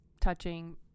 touching